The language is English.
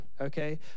Okay